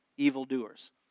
evildoers